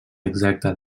exacta